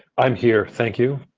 i'm here thank you.